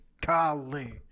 Golly